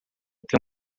tem